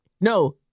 No